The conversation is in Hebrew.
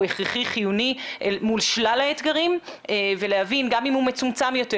הכרחי חיוני מול שלל האתגרים ולהבין גם אם הוא מצומצם יותר,